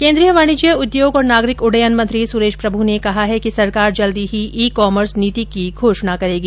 केन्द्रीय वाणिज्य उद्योग और नागरिक उड्डयन मंत्री सुरेश प्रभू ने कहा है कि सरकार जल्दी ही ई कामर्स नीति की घोषणा करेगी